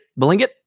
Blingit